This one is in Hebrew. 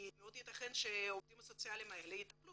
כי מאוד ייתכן שהעובדים הסוציאליים האלה יטפלו